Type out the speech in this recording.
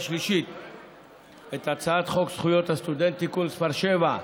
שלישית את הצעת חוק זכויות הסטודנט (תיקון מס׳ 7),